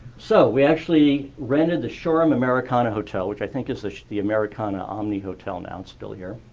so, we actually rented the shoreham americana hotel, which i think is the the americana omni hotel now. it's still here,